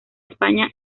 españa